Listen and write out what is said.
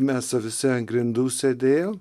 mes visi ant grindų sėdėjom